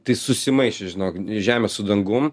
tai susimaišė žinok žemė su dangum